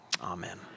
Amen